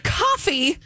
coffee